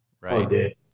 Right